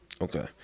Okay